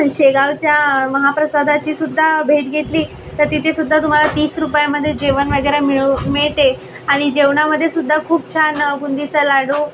शेगावच्या महाप्रसादाची सुद्दा भेट घेतली तर तिथेसुद्धा तुम्हाला तीस रुपयामध्ये जेवण वगैरे मिळो मिळते आणि जेवणामध्ये सुद्धा खूप छान बुंदीचा लाडू